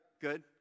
good